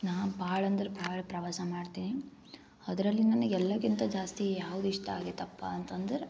ನಾ ಭಾಳಂದ್ರ ಭಾಳ್ ಪ್ರವಾಸ ಮಾಡ್ತೀನಿ ಅದರಲ್ಲಿ ನನಗೆ ಎಲ್ಲಕಿಂತ ಜಾಸ್ತಿ ಯಾವುದು ಇಷ್ಟ ಆಗಿತಪ್ಪ ಅಂತಂದ್ರೆ